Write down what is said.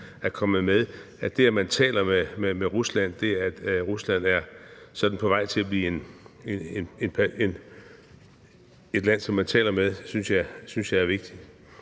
Det, at man taler med Rusland, det, at Rusland sådan er på vej til at blive et land, som man taler med, synes jeg er vigtigt.